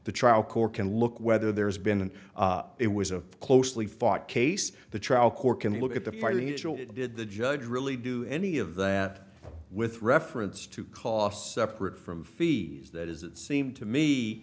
the trial court can look whether there has been and it was a closely fought case the trial court can look at the filing actually did the judge really do any of that with reference to cost separate from fees that is it seemed to me